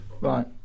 right